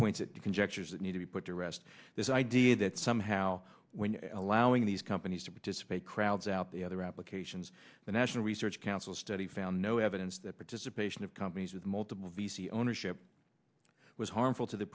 points conjectures that need to be put to rest this idea that somehow when allowing these companies to participate crowds out the other applications the national research council study found no evidence that participation of companies with multiple v c ownership was harmful to the